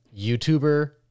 YouTuber